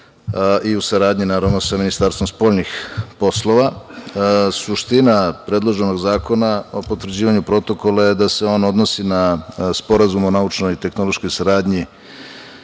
i u saradnji sa Ministarstvom spoljnih poslova. Suština predloženog Zakona o potvrđivanju Protokola je da se on odnosi na Sporazum o naučno-tehnološkoj saradnji